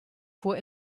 fuhr